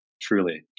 truly